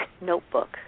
notebook